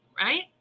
right